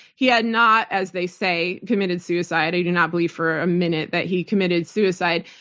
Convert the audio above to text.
he had not, as they say, committed suicide. i do not believe for a minute that he committed suicide.